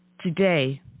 today